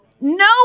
no